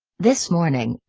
this morning,